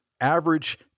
average